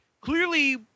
clearly